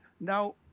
now